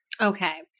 Okay